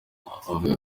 avuga